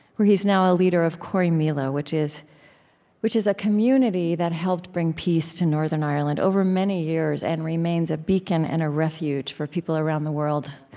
where he's now a leader of corrymeela, which is which is a community that helped bring peace to northern ireland over many years and remains a beacon and a refuge for people around the world.